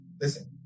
listen